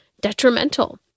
detrimental